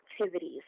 activities